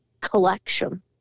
collection